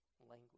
language